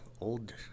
old –